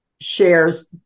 shares